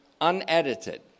unedited